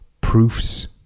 Proofs